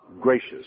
gracious